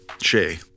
Shay